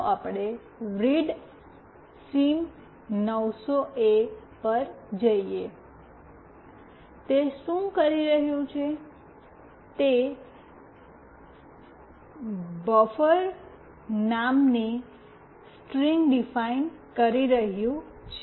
ચાલો આપણે રીડસિમ900એ પર જઈએ તે શું કરી રહ્યું છે તે બફર નામની સ્ટ્રીંગ ડિફાઇન કરી રહ્યું છે